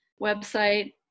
website